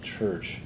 Church